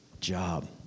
job